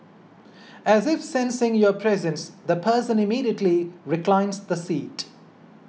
as if sensing your presence the person immediately reclines the seat